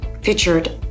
featured